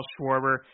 Schwarber